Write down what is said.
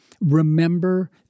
remember